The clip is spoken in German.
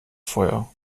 feuer